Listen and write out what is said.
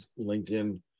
LinkedIn